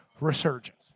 resurgence